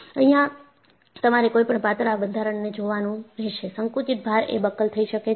અહિયાં તમારે કોઈપણ પાતળા બંધારણને જોવાનું રહેશે સંકુચિત ભાર એ બકલ થઈ શકે છે